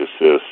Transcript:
assist